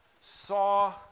saw